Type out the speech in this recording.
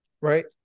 Right